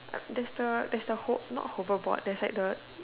there's the there's the hole not hoverboard there's like the